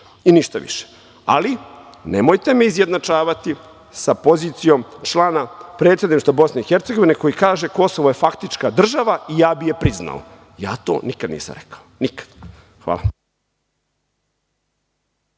i ništa više. Nemojte me izjednačavati sa pozicijom člana Predsedništva Bosne i Hercegovine koji kaže Kosovo je faktička država i ja bih je priznao. Ja to nikada nisam rekao. Nikada. Hvala.